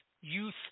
youth